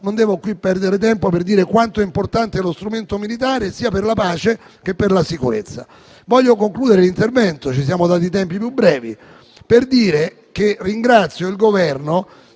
non devo qui perdere tempo per sottolineare quanto è importante lo strumento militare sia per la pace che per la sicurezza. Voglio concludere l'intervento - ci siamo dati tempi più brevi - ringraziando il Governo